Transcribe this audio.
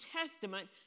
Testament